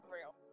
real